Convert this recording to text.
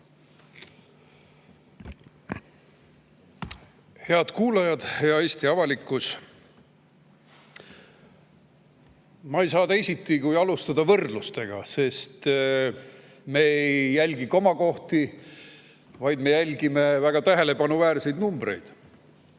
Head kuulajad! Hea Eesti avalikkus! Ma ei saa teisiti ja alustan võrdlustega, sest me ei jälgi komakohti, vaid me jälgime väga tähelepanuväärseid numbreid.